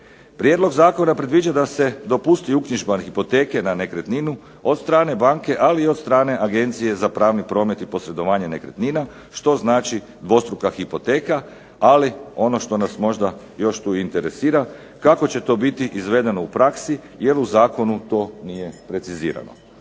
Prijedlog zakona predviđa da se dopusti uknjižba hipoteke na nekretninu od strane banke ali i od strane Agencije za pravni promet i posredovanje nekretnina što znači dvostruka hipoteka ali ono što nas možda još tu interesira kako će to biti izvedeno u praksi jer u zakonu to nije precizirano.